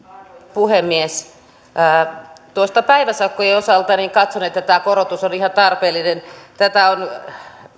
puhemies päiväsakkojen osalta katson että tämä korotus on ihan tarpeellinen tätä